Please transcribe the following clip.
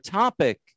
topic